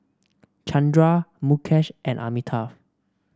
Chandra Mukesh and Amitabh